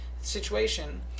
situation